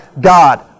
God